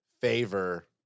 favor